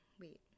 Wait